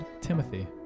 Timothy